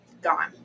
gone